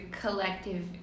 collective